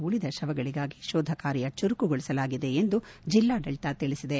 ಉಳಿದ ಶವಗಳಗಾಗಿ ಶೋಧ ಕಾರ್ಯ ಚುರುಕುಗೊಳಿಸಲಾಗಿದೆ ಎಂದು ಜಿಲ್ಲಾಡಳಿತ ತಿಳಿಸಿದೆ